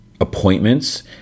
appointments